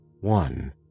one